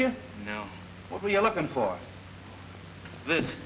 you know what we're looking for this